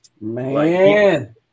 man